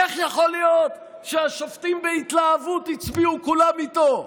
איך יכול להיות שהשופטים הצביעו כולם איתו בהתלהבות?